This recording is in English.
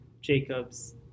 Jacob's